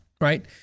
right